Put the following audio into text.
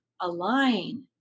align